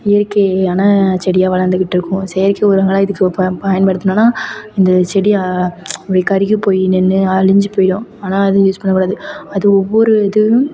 இயற்கையான செடியாக வளந்துக்கிட்டுருக்கும் செயற்கை உரங்களாக இதுக்கு ப பயன்படுத்துனோன்னா இந்த செடி அப்படியே கருகி போய் நின்று அழிஞ்சி போயிடும் அதனால அது யூஸ் பண்ணக்கூடாது அது ஒவ்வொரு இதுவும்